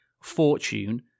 fortune